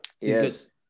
Yes